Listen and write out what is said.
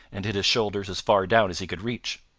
and did his shoulders as far down as he could reach.